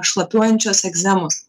šlapiuojančios egzemos